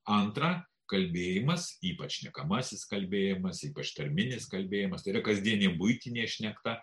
antra kalbėjimas ypač šnekamasis kalbėjimas ypač tarminis kalbėjimas tai yra kasdienė buitinė šnekta